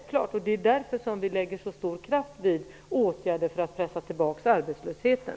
Det är därför vi lägger så stor kraft på åtgärder för att pressa tillbaka arbetslösheten.